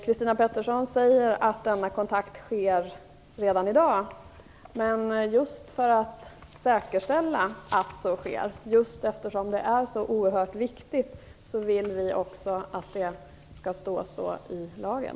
Christina Pettersson säger att denna kontakt sker redan i dag, men just för att säkerställa att så sker - det är ju så erhört viktigt - vill vi också att det skall stå så i lagen.